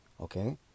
Okay